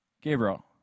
Gabriel